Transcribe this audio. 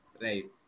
Right